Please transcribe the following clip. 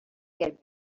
get